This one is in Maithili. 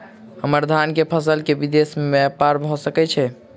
हम्मर धान केँ फसल केँ विदेश मे ब्यपार भऽ सकै छै?